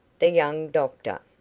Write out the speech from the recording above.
the young doctor.